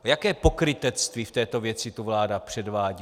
Jaké pokrytectví v této věci tu vláda předvádí?